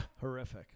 Horrific